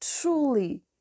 truly